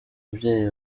babyeyi